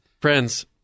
Friends